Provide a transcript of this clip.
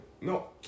No